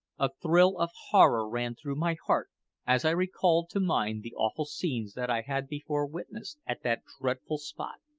a thrill of horror ran through my heart as i recalled to mind the awful scenes that i had before witnessed at that dreadful spot.